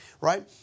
right